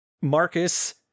Marcus